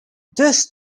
thus